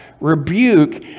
rebuke